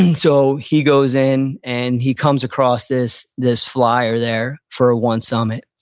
and so, he goes in and he comes across this this flier there for ah one summit.